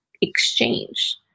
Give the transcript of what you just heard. exchange